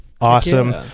awesome